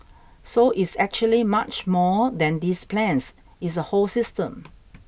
so it's actually much more than these plans it's a whole system